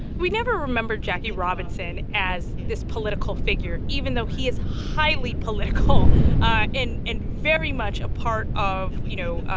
we never remember jackie robinson as this political figure, even though he is highly political ah and and very much a part of, you know,